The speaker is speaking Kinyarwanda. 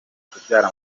kubyara